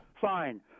Fine